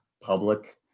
public